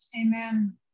Amen